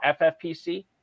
FFPC